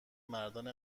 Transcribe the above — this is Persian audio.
مردان